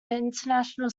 international